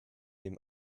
dem